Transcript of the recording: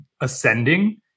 ascending